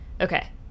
okay